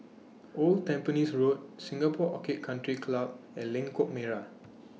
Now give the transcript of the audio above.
Old Tampines Road Singapore Orchid Country Club and Lengkok Merak